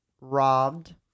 Robbed